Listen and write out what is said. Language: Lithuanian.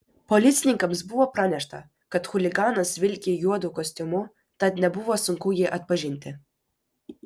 policininkams buvo pranešta kad chuliganas vilki juodu kostiumu tad nebuvo sunku jį atpažinti